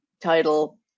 title